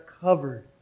covered